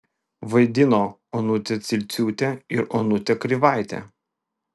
vaidino onutė cilciūtė ir onutė krivaitė